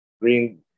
Green